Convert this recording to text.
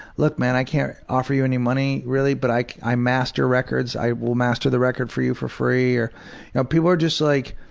look, man, i can't offer you any money, really, but i i master records, i will master the record for you for free. you know people are just like,